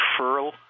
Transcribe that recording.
referral